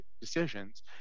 decisions